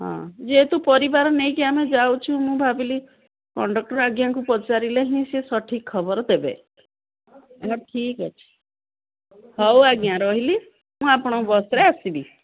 ହଁ ଯେହେତୁ ପରିବାର ନେଇକି ଆମେ ଯାଉଛୁ ମୁଁ ଭାବିଲି କଣ୍ଡକ୍ଟର୍ ଆଜ୍ଞାକୁ ପଚାରିଲେ ହିଁ ସେ ସଠିକ୍ ଖବର ଦେବେ ହଁ ଠିକ୍ ଅଛି ହଉ ଆଜ୍ଞା ରହିଲି ମୁଁ ଆପଣଙ୍କ ବସ୍ରେ ଆସିବି